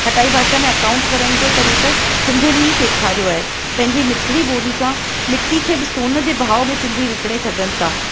हटाई भाषा में अकाउंट करण जो तरीक़ो सिंधियुनि ई सेखारियो आहे पंहिंजी मिठिड़ी ॿोली सां मिट्टी खे बि सोन जे भाव में सिंधी विकिणे सघनि था